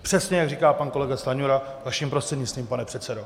Přesně jak říká pan kolega Stanjura, vaším prostřednictvím, pane předsedo.